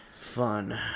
Fun